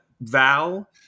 Val